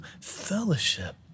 fellowship